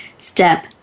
step